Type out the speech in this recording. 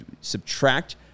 subtract